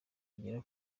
bigera